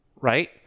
right